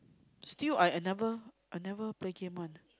still I I never I never play game one